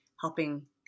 helping